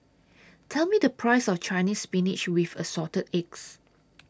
Tell Me The Price of Chinese Spinach with Assorted Eggs